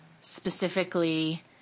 specifically